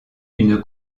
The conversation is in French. une